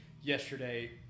yesterday